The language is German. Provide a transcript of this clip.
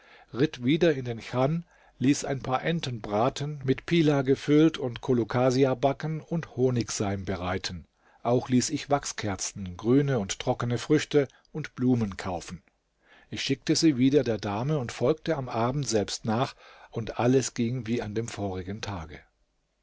ritt wieder in den chan ließ ein paar enten braten mit pilaw gefüllt und colocasia backen und honigseim bereiten auch ließ ich wachskerzen grüne und trockene früchte und blumen kaufen ich schickte sie wieder der dame und folgte am abend selbst nach und alles ging wie an dem vorigen tage